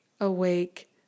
awake